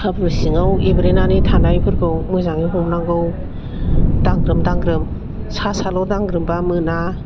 हाब्रु सिङाव एब्रेनानै थानायफोरखौ मोजाङै हमनांगौ दांग्रोम दांग्रोम सा सा ल' दांग्रोमबा मोना